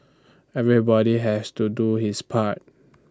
everybody has to do his part